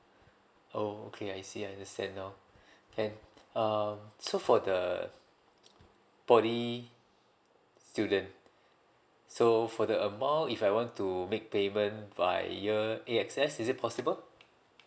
oh okay I see I understand now then um so for the poly student so for the amount if I want to make payment via A_X_S is it possible